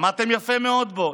עמדתם יפה מאוד בו,